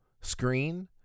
screen